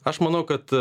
aš manau kad